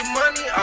money